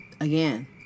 Again